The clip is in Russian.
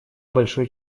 большое